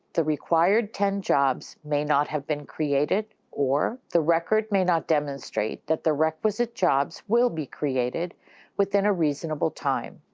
the required ten jobs may not have been created or the record may not demonstrate that the requisite jobs will be created within a reasonable time,